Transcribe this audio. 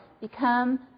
become